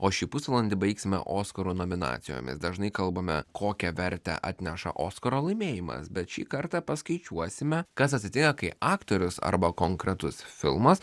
o šį pusvalandį baigsime oskaro nominacijomis dažnai kalbame kokią vertę atneša oskaro laimėjimas bet šį kartą paskaičiuosime kas atsitinka kai aktorius arba konkretus filmas